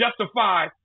justify